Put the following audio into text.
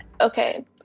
Okay